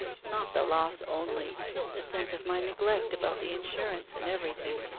not the loss only the sense of my neglect about the insurance and everything.